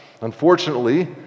Unfortunately